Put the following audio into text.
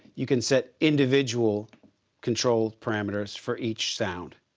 you can set individual control parameters for each sound.